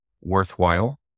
worthwhile